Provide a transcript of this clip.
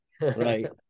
Right